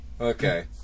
Okay